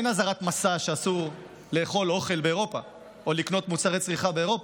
אין אזהרת מסע שאסור לאכול אוכל באירופה או לקנות מוצרי צריכה באירופה.